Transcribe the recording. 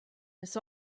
this